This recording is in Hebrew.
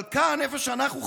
אבל כאן, איפה שאנחנו חיים,